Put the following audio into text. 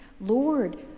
Lord